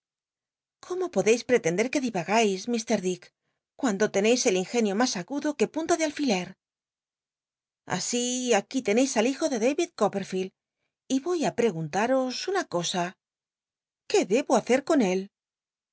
cómo pocleis pretender que divaga dick cuando teneis el ingenio mas agudo que punta de alfiler así aquí teneis al hijo de dayid copperfield y voy ri preguntaros una cosa qué debo hace con éí